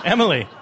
Emily